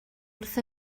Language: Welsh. wrth